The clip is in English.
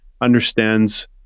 understands